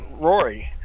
Rory